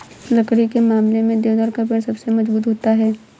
लकड़ी के मामले में देवदार का पेड़ सबसे मज़बूत होता है